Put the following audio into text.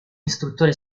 istruttore